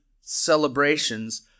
celebrations